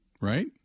Right